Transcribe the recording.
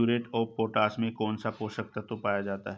Muriate of potash में कौन सा पोषक तत्व पाया जाता है?